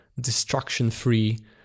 destruction-free